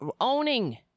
owning